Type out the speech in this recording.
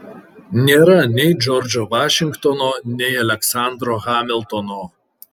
nėra nei džordžo vašingtono nei aleksandro hamiltono